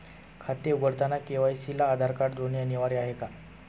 खाते उघडताना के.वाय.सी ला आधार कार्ड जोडणे अनिवार्य आहे का?